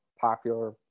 popular